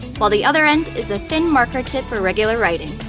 while the other end is a thin marker tip for regular writing.